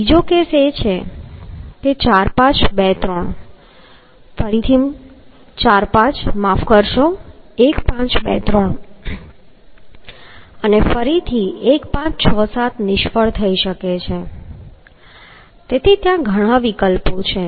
બીજો કેસ એ છે કે તે 4 5 2 3 ફરીથી 4 5 માફ કરશો 1 5 2 3 અને ફરીથી 1 5 6 7 નિષ્ફળ થઈ શકે છે તેથી ત્યાં ઘણા વિકલ્પો છે